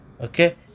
Okay